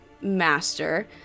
master